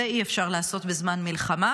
את זה אי-אפשר לעשות בזמן מלחמה,